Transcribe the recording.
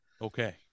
Okay